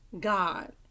God